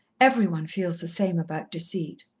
every one feels the same about deceit.